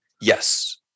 yes